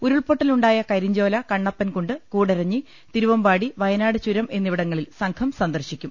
ഉരുൾപൊട്ടലുണ്ടായ Karinchola Kannappankundu Koodaranji Thiruvambadi Wayanad ചുരം എന്നി വിടങ്ങളിൽ സംഘം സന്ദർശിക്കും